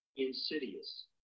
insidious